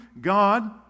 God